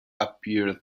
appeared